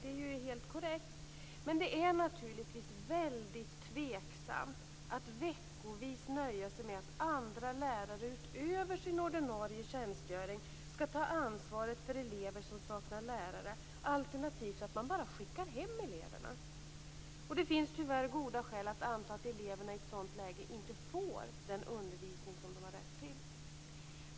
Det är helt korrekt. Men det är naturligtvis väldigt tveksamt att man veckovis nöjer sig med att andra lärare, utöver sin ordinarie tjänstgöring, skall ta ansvaret för elever som saknar lärare, alternativt att man skickar hem eleverna. Det finns tyvärr goda skäl att anta att eleverna i sådana lägen inte får den undervisning de har rätt till.